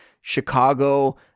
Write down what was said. Chicago